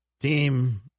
team